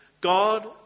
God